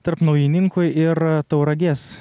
tarp naujininkų ir tauragės